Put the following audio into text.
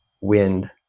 wind